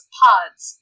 pods